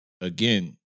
again